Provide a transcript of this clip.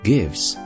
Gives